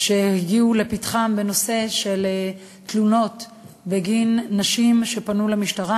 שהגיעו לפתחה, תלונות של נשים שפנו למשטרה.